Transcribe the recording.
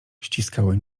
ściskały